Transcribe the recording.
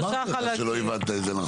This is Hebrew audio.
אמרתי לך שלא הבנת את זה נכון.